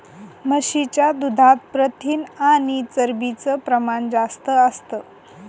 म्हशीच्या दुधात प्रथिन आणि चरबीच प्रमाण जास्त असतं